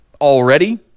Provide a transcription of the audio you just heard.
already –